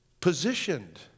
positioned